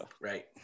right